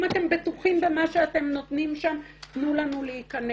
אם אתם בטוחים במה שאתם נותנים שם תנו לנו להיכנס.